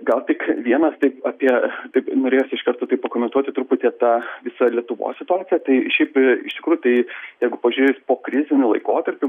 gal tik vienas taip apie taip norėjosi iš karto taip pakomentuoti truputį tą visą lietuvos situaciją tai šiaip iš tikrųjų tai eigu pažiūrėjus pokriziniu laikotarpiu